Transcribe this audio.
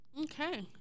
Okay